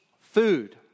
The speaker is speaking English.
food